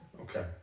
Okay